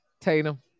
Tatum